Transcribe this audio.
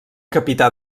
capità